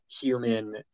human